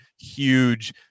huge